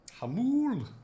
Hamul